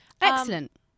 excellent